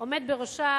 עומד בראשה